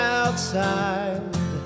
outside